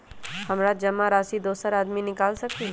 हमरा जमा राशि दोसर आदमी निकाल सकील?